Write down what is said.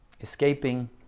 escaping